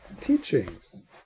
teachings